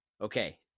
Okay